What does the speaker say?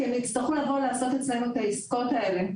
כי הם הצטרכו לבוא לעשות אצלנו את העסקאות האלה,